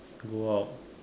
go out